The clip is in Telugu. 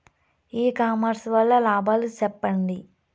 ఇ కామర్స్ వల్ల లాభాలు సెప్పండి?